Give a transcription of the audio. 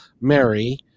Mary